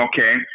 okay